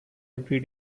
every